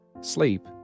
Sleep